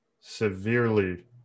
severely